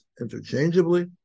interchangeably